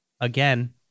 again